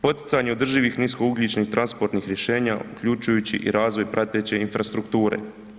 Poticanje održivih niskougljičnih transportnih rješenja uključujući i razvoj prateće infrastrukture.